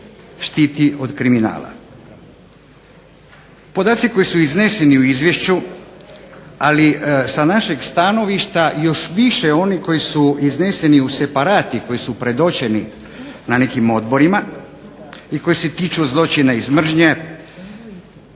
štiti od kriminala. Podaci koji su izneseni u izvješću, ali sa našeg stanovišta još više oni koji su izneseni u separatu, koji su predočeni na nekim odborima i koji se tiču zločina iz mržnje